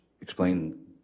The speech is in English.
explain